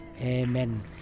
Amen